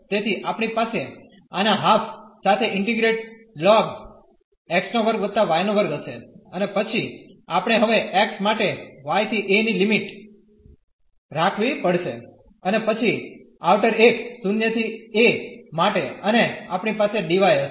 તેથી આપણી પાસે આના હાફ સાથે ઇન્ટીગ્રેટ ln x2 y2 હશે અને પછી આપણે હવે x માટે y¿ a ની લિમિટ રાખવી પડશે અને પછી આઉટર એક 0 ¿a માટે અને આપણી પાસે dy હશે